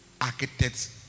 Architects